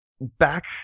back